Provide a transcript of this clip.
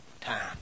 time